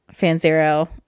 FanZero